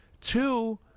Two